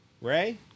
Ray